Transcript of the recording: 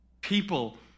People